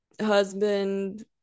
husband